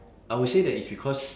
I would say that it's because